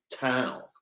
town